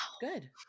Good